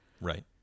Right